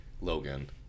Logan